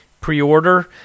pre-order